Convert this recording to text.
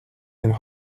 and